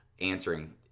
answering